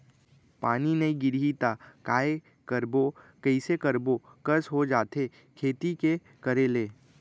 पानी नई गिरही त काय करबो, कइसे करबो कस हो जाथे खेती के करे ले